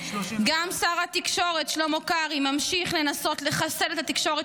גם שר התקשורת שלמה קרעי ממשיך לנסות לחסל את התקשורת